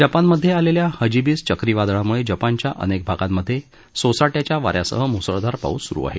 जपानमधे आलेल्या हजीबिस चक्रीवादळामुळे जपानच्या अनेक भागांत सोसाट्याच्या वा यासह मुसळधार पाऊस सुरू आहे